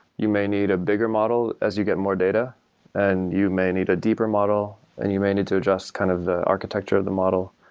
you may need a bigger model as you get more data and you may need a deeper model and you may need to adjust kind of the architecture of the model.